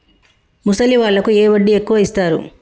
ముసలి వాళ్ళకు ఏ వడ్డీ ఎక్కువ ఇస్తారు?